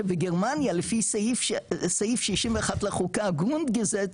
בגרמניה לפי סעיף 61 לחוקה הגונגגיזט,